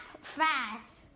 fast